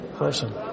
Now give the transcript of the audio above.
person